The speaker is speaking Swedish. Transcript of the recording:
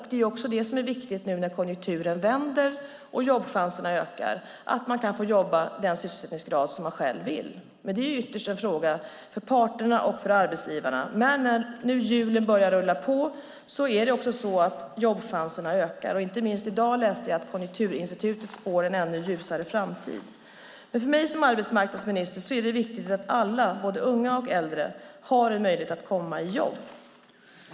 Det är också det som är viktigt nu när konjunkturen vänder och jobbchanserna ökar: att man kan få jobba med den sysselsättningsgrad man själv vill. Detta är dock ytterst en fråga för parterna och för arbetsgivarna. När nu hjulen börjar rulla ökar också jobbchanserna. Till exempel läste jag i dag att Konjunkturinstitutet spår en ännu ljusare framtid. För mig som arbetsmarknadsminister är det viktigt att alla, både unga och äldre, har möjlighet att få jobb.